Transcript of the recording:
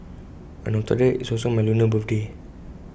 and on top of that IT is also my lunar birthday